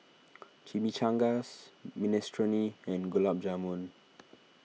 Chimichangas Minestrone and Gulab Jamun